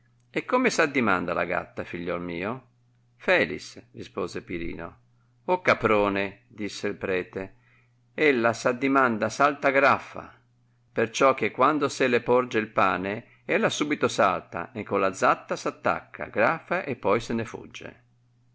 e come s addimanda la gatta figliuol mio felis rispose pirino caprone disse il prete ella s addimanda saìfarixiffa per ciò che quando se le porge il pane ella subito salta e con la zatta s'attacca graffa e poi se ne fugge